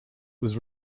was